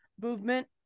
movement